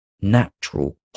natural